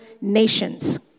nations